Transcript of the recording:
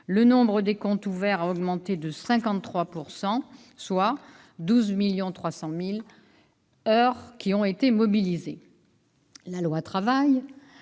Le nombre de comptes ouverts a augmenté de 53 %: 12,3 millions d'heures ont été mobilisées. La loi relative